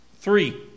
three